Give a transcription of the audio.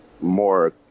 more